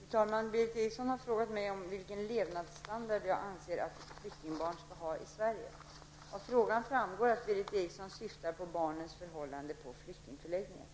Fru talman! Berith Eriksson har frågat mig vilken levnadsstandard jag anser att ett flyktingbarn skall ha i Sverige. Av frågan framgår att Berith Eriksson syftar på barnens förhållanden på flyktingförläggningar.